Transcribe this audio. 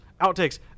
Outtakes